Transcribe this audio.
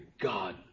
God